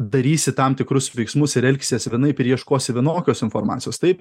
darysi tam tikrus veiksmus ir elgsiesi vienaip ir ieškosi vienokios informacijos taip